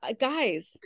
Guys